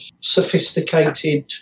sophisticated